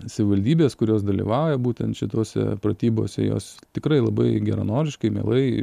savivaldybės kurios dalyvauja būtent šitose pratybose jos tikrai labai geranoriškai mielai